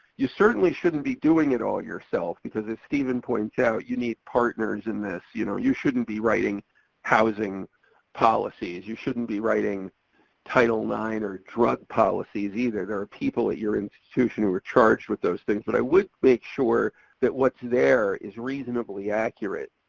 you certainly shouldn't be doing it all yourself, because as steven points out you need partners in this. you know you shouldn't be writing housing policies. you shouldn't be writing title ix or drug policies either. there are people at your institution who are charged with those things. but i would make sure that what's there is reasonably accurate.